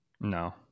no